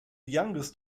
youngest